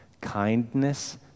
kindness